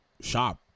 shop